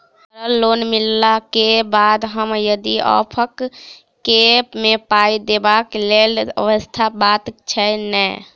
Sir loan मिलला केँ बाद हम यदि ऑफक केँ मे पाई देबाक लैल व्यवस्था बात छैय नै?